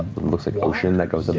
looks like ocean that goes